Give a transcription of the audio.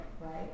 right